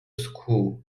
school